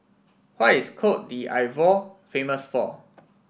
what is Cote d'Ivoire famous for